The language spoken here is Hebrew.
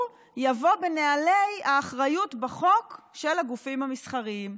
יבוא בנעלי האחריות בחוק של הגופים המסחריים.